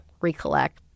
recollect